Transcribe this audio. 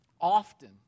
often